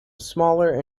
smaller